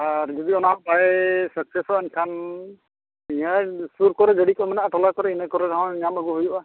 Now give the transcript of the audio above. ᱟᱨ ᱚᱱᱟ ᱦᱚᱸ ᱡᱩᱫᱤ ᱵᱟᱭ ᱥᱟᱠᱥᱮᱥᱚᱜ ᱮᱱᱠᱷᱟᱱ ᱱᱤᱭᱟᱹ ᱥᱩᱨ ᱠᱚᱨᱮᱜ ᱜᱟᱹᱰᱤ ᱠᱚ ᱢᱮᱱᱟᱜᱼᱟ ᱴᱚᱞᱟ ᱠᱚᱨᱮ ᱤᱱᱟᱹ ᱠᱚᱨᱮ ᱦᱚᱸ ᱧᱟᱢ ᱟᱹᱜᱩᱭ ᱦᱩᱭᱩᱜᱼᱟ